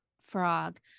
frog